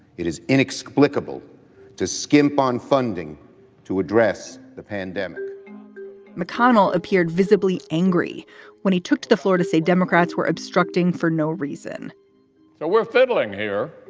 it is inexplicable to skimp on funding to address the pandemic mcconnell appeared visibly angry when he took to the floor to say democrats were obstructing for no reason so we're fiddling here,